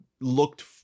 looked